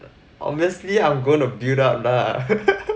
obviously I'm going to build up lah